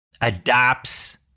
adopts